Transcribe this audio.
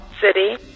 city